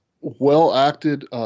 well-acted